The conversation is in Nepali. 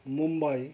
मुम्बई